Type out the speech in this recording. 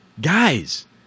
guys